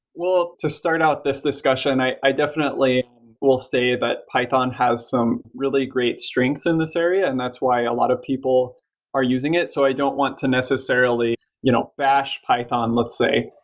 well, to start out this discussion, i i definitely will say that python has some really great strengths in this area and that's why a lot of people are using it. so i don't want to necessarily you know bash python, let's say.